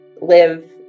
live